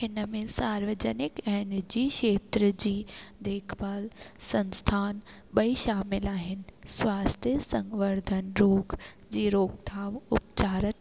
हिन में सार्वजनिक ऐं निजी खेत्र जी देखभाल संस्थान ॿई शामिलु आहिनि स्वास्थ्य संवर्धन रोग जी रोकथाम उपचारनि मुक्त